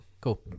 Cool